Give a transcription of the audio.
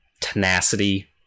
tenacity